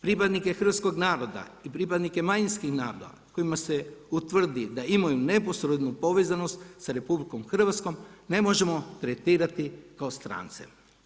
Pripadnike hrvatskoga naroda i pripadnike manjinskih naroda, kojima se utvrdi da imaju neposrednu povezanost sa RH ne možemo tretirati kao strance.